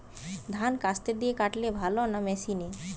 ধান কাস্তে দিয়ে কাটলে ভালো না মেশিনে?